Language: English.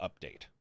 update